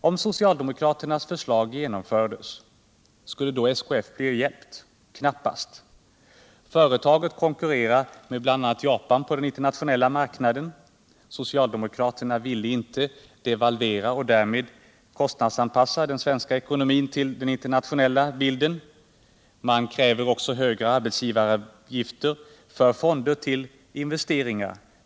Om socialdemokraternas förslag genomförs, blir då SKF hjälpt? Knappast. Företaget konkurrerar med bl.a. Japan på den internationella marknaden. Socialdemokraterna ville inte devalvera och därmed kostnadsanpassa den svenska ckonomin till den internationella bilden. Man kräver också högre arbetsgivaravgifter för fonder till investeringar.